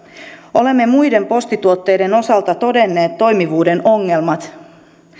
olemme muiden postituotteiden osalta todenneet toimivuuden ongelmat